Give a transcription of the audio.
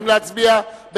נא להצביע.